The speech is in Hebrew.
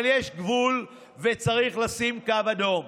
אבל יש גבול, וצריך לשים קו אדום.